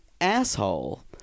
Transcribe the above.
asshole